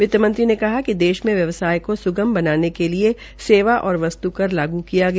वितमंत्री ने कहा कि देश में व्यवसाय को सुगम बनाने के लिए सेवा और वस्तुकर लागू किया गया